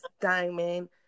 diamond